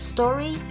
Story